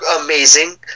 amazing